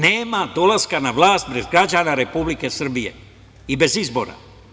Nema dolaska na vlast pred građanima Republike Srbije bez izbora.